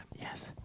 Yes